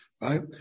right